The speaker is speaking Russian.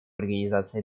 организации